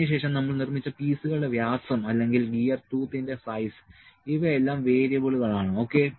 അതിനുശേഷം നമ്മൾ നിർമ്മിച്ച പീസുകളുടെ വ്യാസം അല്ലെങ്കിൽ ഗിയർ ടൂത്തിന്റെ സൈസ് ഇവയെല്ലാം വേരിയബിളുകളാണ് ഓക്കേ